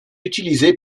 utilisé